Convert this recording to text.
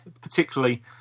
particularly